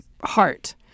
heart